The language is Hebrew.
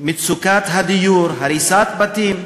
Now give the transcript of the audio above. ומצוקת הדיור, הריסת בתים.